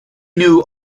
knew